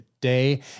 day